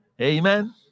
Amen